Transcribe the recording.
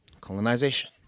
Colonization